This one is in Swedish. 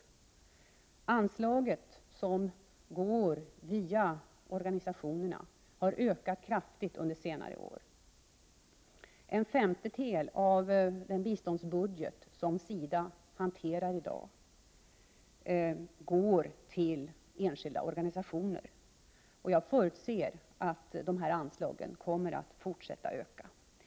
Det anslag som går via organisationerna har ökat kraftigt under senare år. En femtedel av den biståndsbudget som SIDA hanterar i dag går till enskilda organisationer, och jag förutser att dessa anslag kommer att fortsätta att öka.